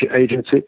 agency